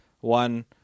one